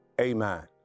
Amen